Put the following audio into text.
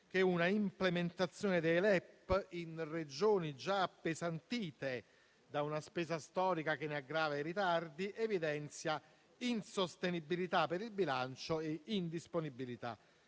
un'implementazione dei LEP in Regioni già appesantite da una spesa storica che ne aggrava i ritardi evidenzia insostenibilità per il bilancio e indisponibilità